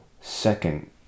second